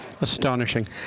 astonishing